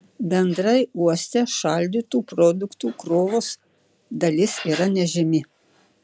bendrai uoste šaldytų produktų krovos dalis yra nežymi